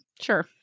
sure